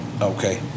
Okay